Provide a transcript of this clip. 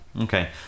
Okay